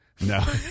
No